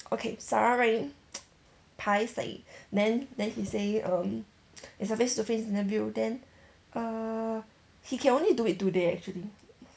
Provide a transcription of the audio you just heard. okay sorry paiseh then then he say um it's a face to face interview then err he can only do it today actually